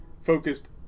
focused